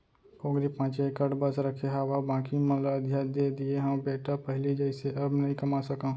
पोगरी पॉंचे एकड़ बस रखे हावव बाकी मन ल अधिया दे दिये हँव बेटा पहिली जइसे अब नइ कमा सकव